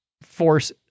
force